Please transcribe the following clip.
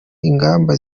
ingamba